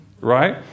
Right